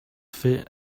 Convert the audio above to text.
fit